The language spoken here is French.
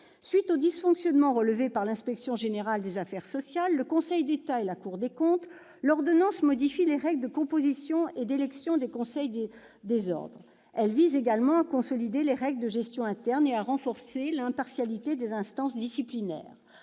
suite des dysfonctionnements relevés par l'Inspection générale des affaires sociales, l'IGAS, le Conseil d'État et la Cour des comptes, l'ordonnance modifie les règles de composition et d'élection des conseils des ordres. Elle vise également à consolider les règles de gestion interne et à renforcer l'impartialité des instances disciplinaires.